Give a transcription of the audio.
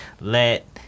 let